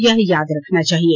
यह याद रखना चाहिए